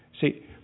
See